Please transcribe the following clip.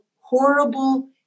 horrible